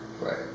Right